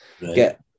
get